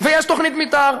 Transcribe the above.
ויש תוכנית מתאר,